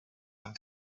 and